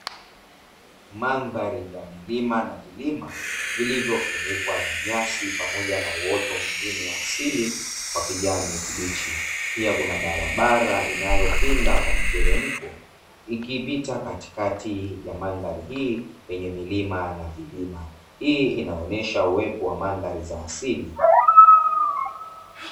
Madhari ya milima na vilima, vilivyofunikwa na nyasi pamoja na uoto mwingine wa asili wa kijani kibichi. Pia kuna barabara inayopinda kwa miteremko, ikipita katikati ya madhari hii yenye milima na vilima; hii inaonyesha uwepo wa mandhari za asili.